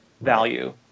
value